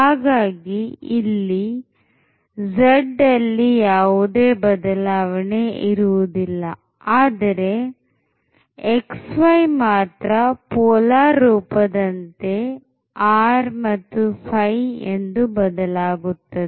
ಹಾಗಾದರೆ ಇಲ್ಲಿ z ಅಲ್ಲಿ ಯಾವುದೇ ಬದಲಾವಣೆ ಇರುವುದಿಲ್ಲ ಆದರೆ xy ಮಾತ್ರ ಪೋಲಾರ್ ರೂಪದಂತೆ r ϕ ಎಂದು ಬದಲಾಗುತ್ತದೆ